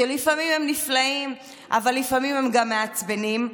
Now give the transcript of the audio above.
שלפעמים הם נפלאים אבל לפעמים הם גם מעצבנים,